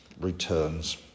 returns